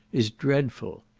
is dreadful.